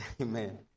Amen